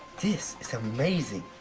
this is amazing.